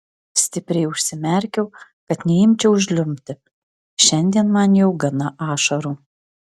stipriai užsimerkiau kad neimčiau žliumbti šiandien man jau gana ašarų